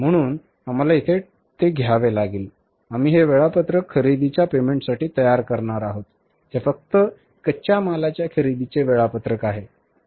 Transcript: म्हणून आम्हाला येथे ठेवावे लागेल आम्ही हे वेळापत्रक खरेदीच्या पेमेंटसाठी तयार करणार आहोत हे फक्त कच्च्या मालाच्या खरेदीचे वेळापत्रक आहे